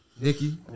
Nikki